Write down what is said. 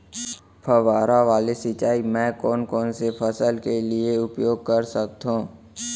फवारा वाला सिंचाई मैं कोन कोन से फसल के लिए उपयोग कर सकथो?